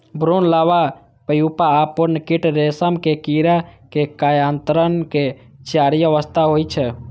भ्रूण, larva, pupa आ पूर्ण कीट रेशम के कीड़ा के कायांतरणक चारि अवस्था होइ छै